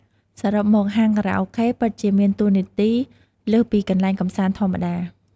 សរុបមក ហាងខារ៉ាអូខេពិតជាមានតួនាទីលើសពីកន្លែងកម្សាន្តធម្មតា។